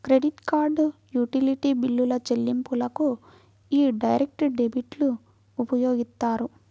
credit card, utility బిల్లుల చెల్లింపులకు యీ డైరెక్ట్ డెబిట్లు ఉపయోగిత్తారు